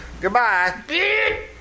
Goodbye